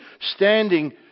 standing